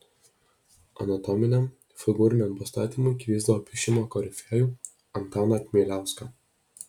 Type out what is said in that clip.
anatominiam figūriniam pastatymui kviesdavo piešimo korifėjų antaną kmieliauską